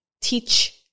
teach